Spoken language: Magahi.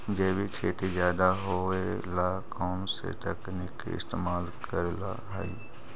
जैविक खेती ज्यादा होये ला कौन से तकनीक के इस्तेमाल करेला हई?